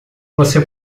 você